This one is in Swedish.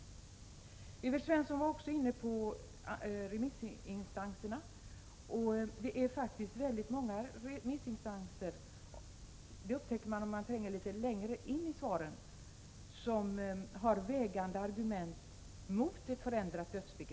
Evert Svensson var också inne på remissvaren. Det är faktiskt många remissinstanser — det upptäcker man om man tränger litet längre in i svaren — som har vägande argument mot ett förändrat dödsbegrepp.